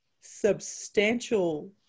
substantial